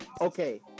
Okay